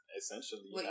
essentially